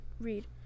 read